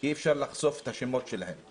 אי אפשר לחשוף את השמות שלהם.